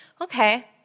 Okay